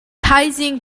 thaizing